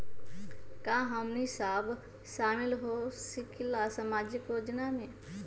का हमनी साब शामिल होसकीला सामाजिक योजना मे?